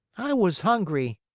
i was hungry.